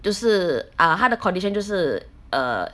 就是 ah 它的 condition 就是 err